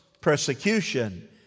persecution